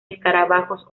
escarabajos